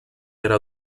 era